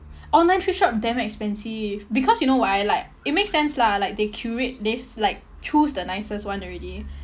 online thrift shop damn expensive because you know why like it makes sense lah like they curate they like choose the nicest one already